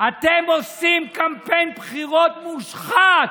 אתם עושים קמפיין בחירות מושחת,